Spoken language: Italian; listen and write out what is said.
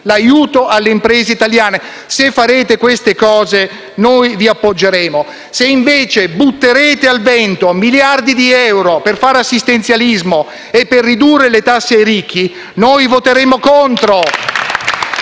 l'aiuto alle imprese italiane; se farete queste cose, noi vi appoggeremo. Se invece butterete al vento miliardi di euro per fare assistenzialismo e per ridurre le tasse ai ricchi, noi voteremo contro.